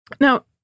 Now